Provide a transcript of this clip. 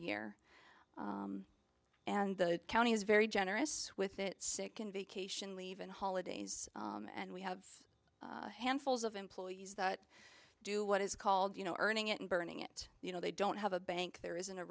year and the county is very generous with it sick and vacation leave and holidays and we have handfuls of employees that do what is called you know earning it and burning it you know they don't have a bank there isn't a